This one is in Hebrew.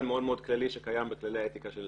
מאוד מאוד כללי שקיים בכללי האתיקה של